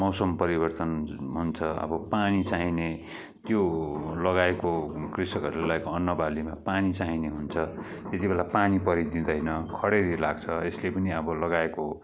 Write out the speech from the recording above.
मौसम परिवर्तन हुन् हुन्छ अब पानी चाहिने त्यो लगाएको कृषकहरूले लाएको अन्न बालीमा पानी चाहिने हुन्छ त्यतिबेला पानी परिदिँदैन खडेरी लाग्छ यसले पनि अब लगाएको